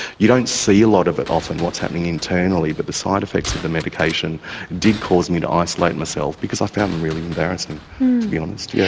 you don't see a lot of it, often what's happening internally, but the side-effects of the medication did cause me to isolate myself because i found them really embarrassing, to be honest. yeah